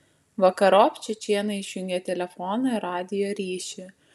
vakarop čečėnai išjungė telefono ir radijo ryšį